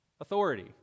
authority